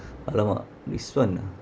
!alamak! this [one] ah